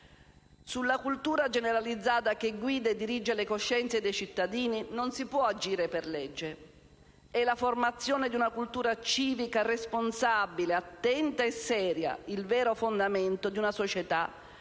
Sulla cultura generalizzata che guida e dirige le coscienze dei cittadini non si può agire per legge: è la formazione di una cultura civica responsabile, attenta e seria il vero fondamento di una società